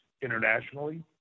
internationally